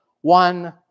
one